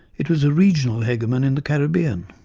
it was a regional hegemon in the caribbean.